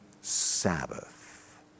Sabbath